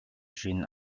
jeune